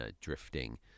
drifting